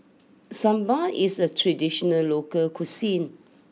Sambar is a traditional local cuisine